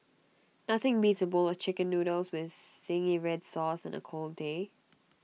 nothing beats A bowl of Chicken Noodles with Zingy Red Sauce on A cold day